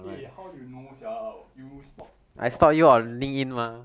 eh how you know sia you stalk me ah